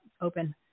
open